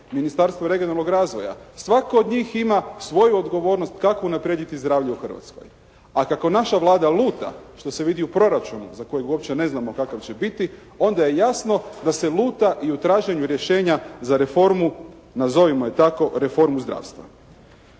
Ministarstvo regionalnog razvoja, svako od njih ima svoju odgovornost kako unaprijediti zdravlje u Hrvatskoj. A kako naša Vlada luta što se vidi u proračunu za kojeg uopće ne znamo kakav će biti onda je jasno da se luta i u traženju rješenja za reformu, nazovimo je tako, reformu zdravstva.